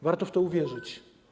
Warto w to uwierzyć.